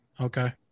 Okay